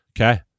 Okay